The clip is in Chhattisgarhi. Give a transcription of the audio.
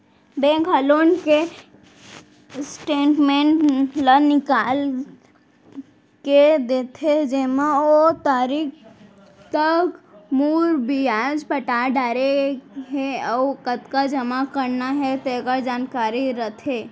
बेंक ह लोन के स्टेटमेंट ल निकाल के देथे जेमा ओ तारीख तक मूर, बियाज पटा डारे हे अउ कतका जमा करना हे तेकर जानकारी रथे